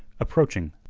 approaching,